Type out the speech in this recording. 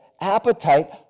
appetite